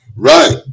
Right